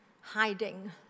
hiding